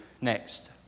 next